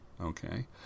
Okay